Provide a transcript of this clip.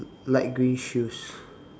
light green shoes